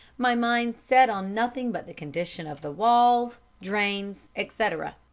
my mind set on nothing but the condition of the walls, drains, etc.